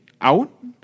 out